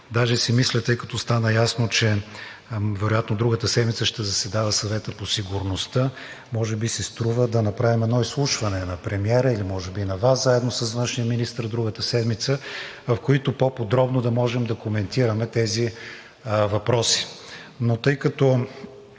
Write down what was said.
Даже си мисля, тъй като стана ясно, че вероятно другата седмица ще заседава Съветът по сигурността, може би си струва да направим едно изслушване на премиера или може би на Вас заедно с външния министър другата седмица, в които по подробно да можем да коментираме тези въпроси.